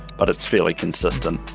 but it's fairly consistent